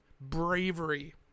Bravery